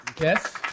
yes